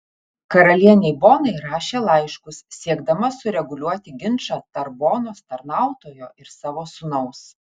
karalienei bonai rašė laiškus siekdama sureguliuoti ginčą tarp bonos tarnautojo ir savo sūnaus